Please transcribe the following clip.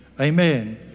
Amen